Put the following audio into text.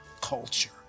culture